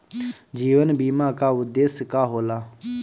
जीवन बीमा का उदेस्य का होला?